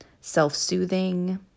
self-soothing